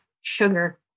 sugar